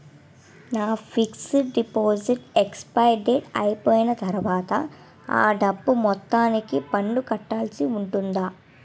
నా fixed deposit expiry date అయిపోయిన తర్వాత అ డబ్బు మొత్తానికి పన్ను కట్టాల్సి ఉంటుందా?